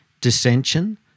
dissension